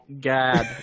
God